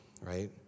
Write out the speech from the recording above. right